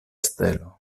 stelo